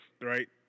right